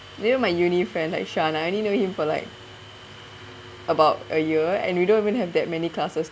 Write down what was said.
you know my uni friend like shawn I only knew him for like about a year and we don't even have that many classes